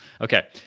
Okay